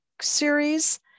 series